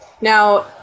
now